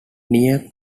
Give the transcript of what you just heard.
near